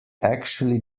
actually